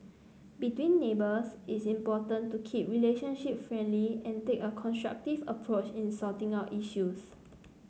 between neighbours it's important to keep relationship friendly and take a constructive approach in sorting out issues